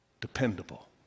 Dependable